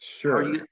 Sure